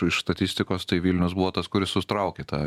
iš statistikos tai vilnius buvo tas kuris sutraukė tą